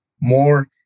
more